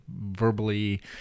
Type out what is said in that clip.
verbally